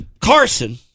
Carson